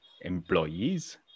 employees